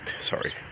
Sorry